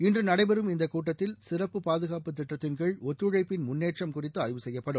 இன்று நடைபெறும் இந்த கூட்டத்தில் சிறப்பு பாதுகாப்பு திட்டத்தின்கீழ் ஒத்துழைப்பின் முன்னேற்றம் குறித்து ஆய்வு செய்யப்படும்